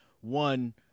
One